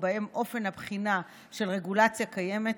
ובהם אופן הבחינה של רגולציה קיימת,